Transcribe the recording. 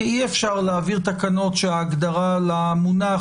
כי אי-אפשר להעביר תקנות שההגדרה למונח